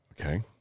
Okay